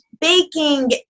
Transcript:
baking